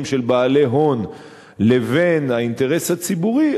של בעלי הון לבין האינטרס הציבורי,